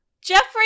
Jeffrey